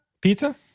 pizza